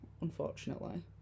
unfortunately